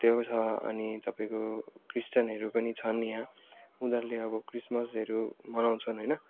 त्यो छ अनि तपाईँको क्रिस्तानहरू पनि छन् यहाँ उनीहरूले अब क्रिस्मसहरू मनाउँछन् होइन